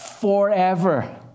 forever